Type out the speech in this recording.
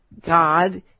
God